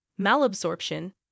malabsorption